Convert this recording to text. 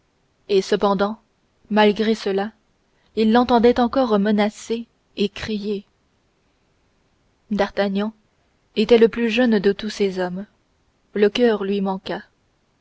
et cependant malgré cela il l'entendait encore menacer et crier d'artagnan était le plus jeune de tous ces hommes le coeur lui manqua